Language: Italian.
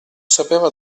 sapeva